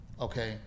okay